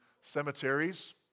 cemeteries